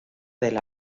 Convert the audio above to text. del